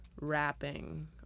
wrapping